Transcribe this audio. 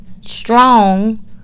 strong